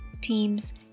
teams